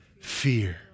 fear